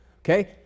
okay